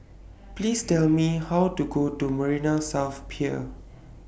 Please Tell Me How to Go to Marina South Pier